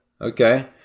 Okay